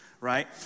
right